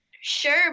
Sure